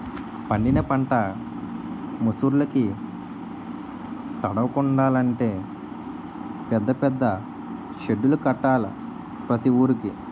పండిన పంట ముసుర్లుకి తడవకుండలంటే పెద్ద పెద్ద సెడ్డులు కట్టాల ప్రతి వూరికి